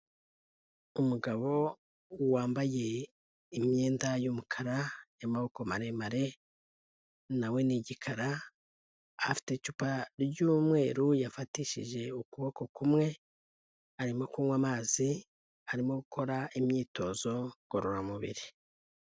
Umugabo wambaye imyenda y'umukara y'amaboko maremare na we ni igikara, afite icupa ry'umweru yafatishije ukuboko kumwe, arimo kunywa amazi, arimo gukora imyitozo ngororamubiri.